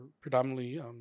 predominantly